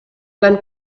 van